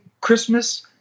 christmas